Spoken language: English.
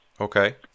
Okay